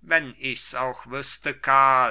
wenn ichs auch wüßte karl